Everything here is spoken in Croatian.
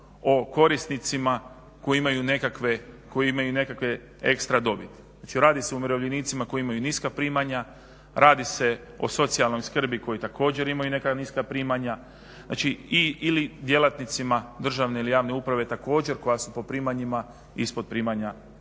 o korisnicima koji imaju nekakve ekstra dobiti. Znači radi se o umirovljenicima koji imaju niska primanja, radi se o socijalnoj skrbi koji također imaju neka niska primanja znači i ili djelatnicima državne ili javne uprave također koja su po primanjima ispod primanja